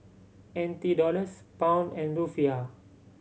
N T Dollars Pound and Rufiyaa